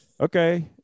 okay